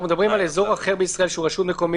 מדברים על אזור אחר בישראל שהוא רשות מקומית,